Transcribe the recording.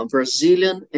Brazilian